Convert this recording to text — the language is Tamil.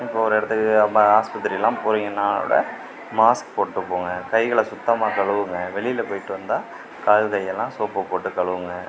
இப்போ ஒரு இடத்துக்கு அம்மா ஆஸ்பத்திரிலாம் போறீங்கன்னா கூட மாஸ்க் போட்டு போங்க கைகளை சுத்தமாக கழுவுங்க வெளியில் போயிவிட்டு வந்தா காலு கையெல்லாம் சோப்பு போட்டு கழுவுங்க